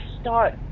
start